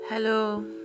Hello